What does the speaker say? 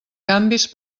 canvis